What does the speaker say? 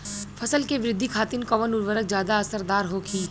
फसल के वृद्धि खातिन कवन उर्वरक ज्यादा असरदार होखि?